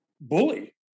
bully